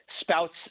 Spouts